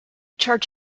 charge